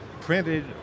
printed